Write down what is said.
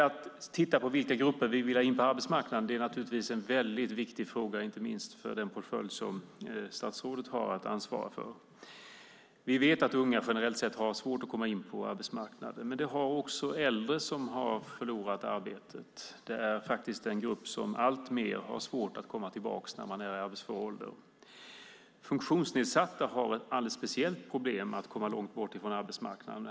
Att titta på vilka grupper som vi vill ha in på arbetsmarknaden är naturligtvis en viktig fråga, inte minst för den portfölj som statsrådet har att ansvara för. Vi vet att unga generellt sett har svårt att komma in på arbetsmarknaden. Men det har också äldre som har förlorat arbetet. Det är faktiskt den grupp som alltmer har svårt att komma tillbaka när man är i arbetsför ålder. Funktionsnedsatta har ett alldeles speciellt problem i fråga om att komma långt bort från arbetsmarknaden.